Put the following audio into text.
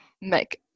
make